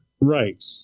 right